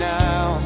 now